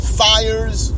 fires